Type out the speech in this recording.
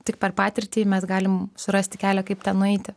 tik per patirtį mes galim surasti kelią kaip ten nueiti